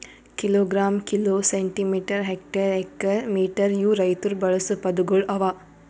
kilogram, kilo, centimetre, hectare, acre, metre ಇವು ರೈತುರ್ ಬಳಸ ಪದಗೊಳ್ ಅವಾ